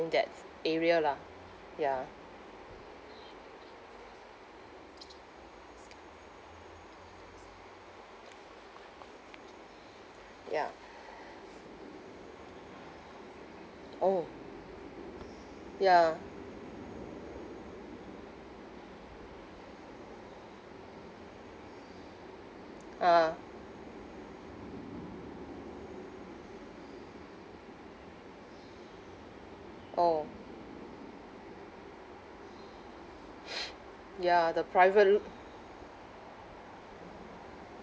in that area lah ya ya orh ya a'ah orh ya the private